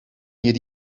yedi